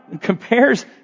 compares